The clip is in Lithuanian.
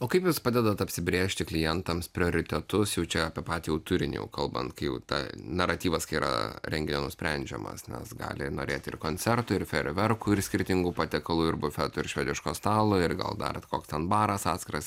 o kaip jūs padedat apsibrėžti klientams prioritetus jau čia apie patį turinį kalbant kai jau ta naratyvas kai yra rengiamas sprendžiamas nes gali norėti ir koncertų ir fejerverkų ir skirtingų patiekalų ir bufeto ir švediško stalo ir gal darot ten baras atskiras